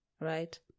right